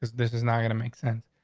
this this is not gonna make sense.